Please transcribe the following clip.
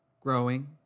growing